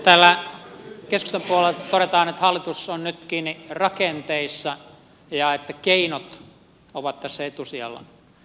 täällä keskustan puolelta todetaan että hallitus on nyt kiinni rakenteissa ja että keinot ovat tässä etusijalla